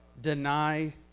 deny